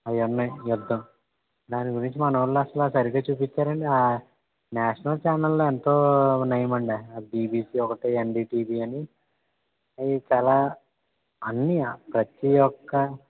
అవున్నాయ్ యుద్ధం దాని గురించి మనోళ్లు అసలు సరిగా చూపిచ్చారా అండి నేషనల్ ఛానళ్ళు ఎంతో నయం అండి ఆ బిబిసి ఒకటి ఎన్డిటీవీ అని అవి చాలా అన్నీ ప్రతి ఒక్క